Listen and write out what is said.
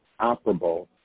operable